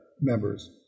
members